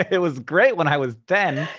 it was great when i was ten.